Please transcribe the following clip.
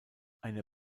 eine